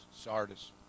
Sardis